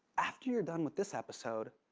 after you're done with this episode,